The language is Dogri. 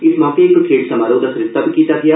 इस मौके इक खेड समारोह् दा बी सरिस्ता कीता गेआ